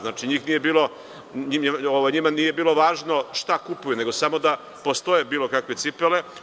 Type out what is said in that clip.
Znači, njima nije bilo važno šta kupuju, nego samo da postoje bilo kakve cipele.